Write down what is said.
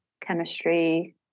chemistry